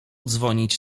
dzwonić